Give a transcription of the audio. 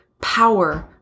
power